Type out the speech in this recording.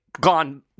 gone